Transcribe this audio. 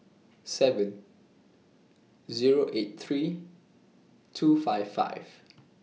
seven Zero eight three two five five